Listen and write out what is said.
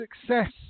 success